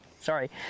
sorry